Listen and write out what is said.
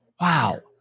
Wow